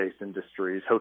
industries